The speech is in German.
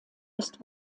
ist